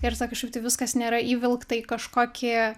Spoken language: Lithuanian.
ir ta kažkaip tai viskas nėra įvilkta į kažkokį